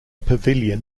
pavilion